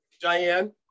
Diane